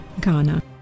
Ghana